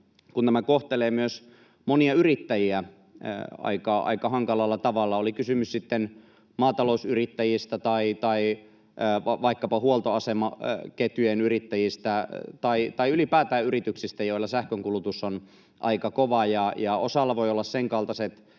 Tämä kohtelee myös monia yrittäjiä aika hankalalla tavalla, oli kysymys sitten maatalousyrittäjistä, vaikkapa huoltoasemaketjujen yrittäjistä tai ylipäätään yrityksistä, joilla sähkönkulutus on aika kova, ja osalla voi olla senkaltaiset